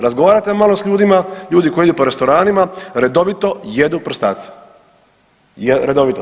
Razgovarajte malo s ljudima, ljudi koji idu po restoranima redovito jedu prstace, redovito.